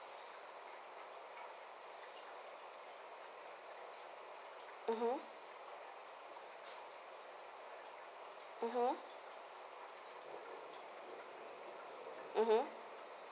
mmhmm